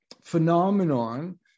phenomenon